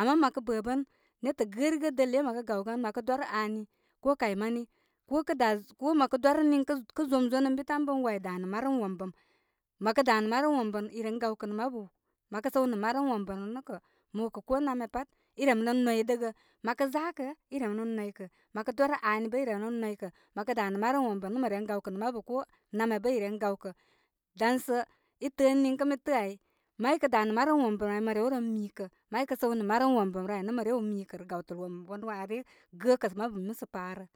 ama məkə bəbən netə gərigə dəl iyə mə kə gawgan mə dwarə ani, kə kay mani ko kə' da, ko məkə' dwarə niŋkə kə' zomzon ən bi tanbə ən waa ai danə marəm wombəm mə kə danə marəm wombam nə mə ren gaw kə' nə mabu nam ya bə i ren gaw kə dan sə i tə'ə' niŋkə' ən mi tə'ə' ai maykə' danə maratunm wombəm ai mə rewren mikə maykə saw nə marəm wombəm re aynə' mə rew mi kə rə gawtəl wombəl wanə are gəkə mabu musə pa rə.